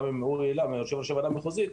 עם אורי אילן יושב ראש הוועדה המחוזית,